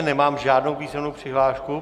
Nemám žádnou písemnou přihlášku.